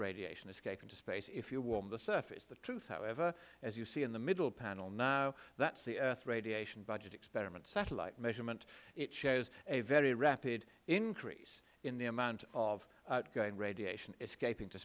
radiation escaping into space if you warm the surface the truth however as you see in the middle panel now that is the earth radiation budget experiment satellite measurement it shows a very rapid increase in the amount of outgoing radiation escaping to